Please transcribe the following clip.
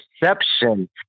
perception